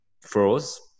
froze